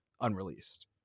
unreleased